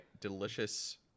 delicious